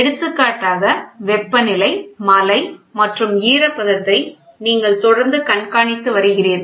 எடுத்துக்காட்டாக வெப்பநிலை மழை மற்றும் ஈரப்பதத்தை நீங்கள் தொடர்ந்து கண்காணித்து வருகிறீர்கள்